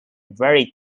very